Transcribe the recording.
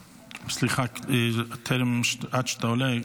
סליחה, עד שאתה עולה,